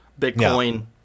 Bitcoin